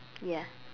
ya